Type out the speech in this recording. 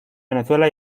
venezuela